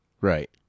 right